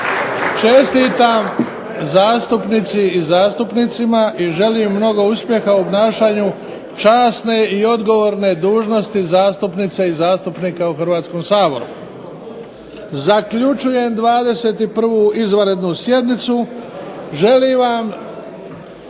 Čestitam zastupnici i zastupnicima i želim mnogo uspjeha u obnašanju časne i odgovorne dužnosti zastupnice i zastupnika u Hrvatskom saboru. Zaključujem 21. izvanrednu sjednicu, želim vam